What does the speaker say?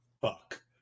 fuck